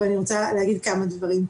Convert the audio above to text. אבל אני רוצה להגיד כמה דברים.